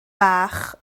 bach